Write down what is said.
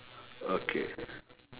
okay